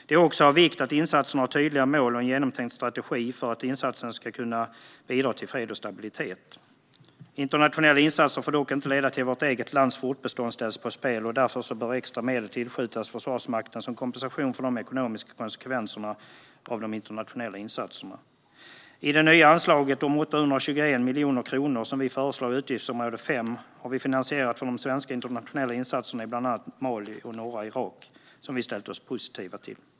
Det är också av vikt att insatserna har tydliga mål och en genomtänkt strategi för att insatserna ska kunna bidra till fred och stabilitet. Internationella insatser får dock inte leda till att vårt eget lands fortbestånd sätts på spel. Därför bör extra medel tillskjutas Försvarsmakten som kompensation för de ekonomiska konsekvenserna av de internationella insatserna. I det nya anslaget om 821 miljoner kronor, som vi föreslår i utgiftsområde 5, har vi finansierat för de svenska internationella insatserna i bland annat Mali och norra Irak, som vi ställt oss positiva till.